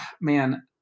Man